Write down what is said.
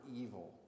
evil